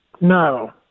no